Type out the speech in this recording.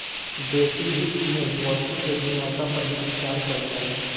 बेसि रिस्क में वस्तु के गुणवत्ता पर भी विचार कईल जाला